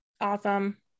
Awesome